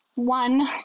One